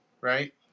right